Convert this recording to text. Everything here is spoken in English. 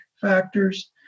factors